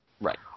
Right